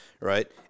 right